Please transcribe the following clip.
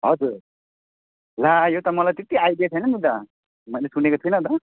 हजुर ला यो त मलाई त्यति आइडिया छैन नि दा मैले सुनेको थिइनँ त